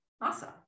awesome